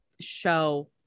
show